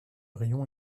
rayon